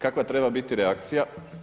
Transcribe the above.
Kakva treba biti reakcija?